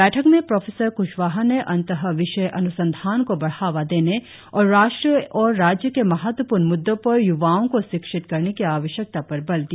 बैठक में प्रोफेसर क्श्वाहा ने अंत विषय अन्संधान को बढ़ावा देने और राष्ट्रीय और राज्य के महत्वपूर्ण मुद्दों पर य्वाओ को शिक्षित करने की आवश्यकता पर बल दिया